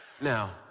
Now